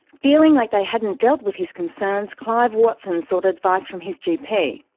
feeling like they hadn't dealt with his concerns, clive watson sought advice from his gp.